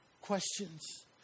questions